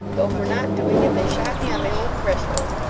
though, for not doing it, they shot me on my own threshold.